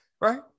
Right